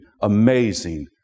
amazing